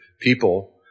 people